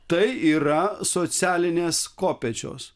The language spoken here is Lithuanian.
tai yra socialinės kopėčios